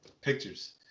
pictures